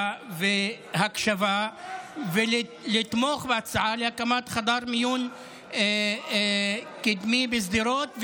והקשבה ולתמוך בהצעה להקמת חדר מיון קדמי בשדרות,